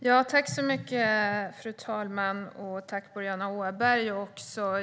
Fru talman! Tack, Boriana Åberg!